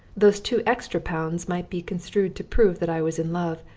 those two extra pounds might be construed to prove that i was in love,